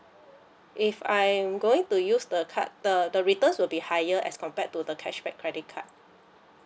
if I'm going to use the card the the returns will be higher as compared to the cashback credit card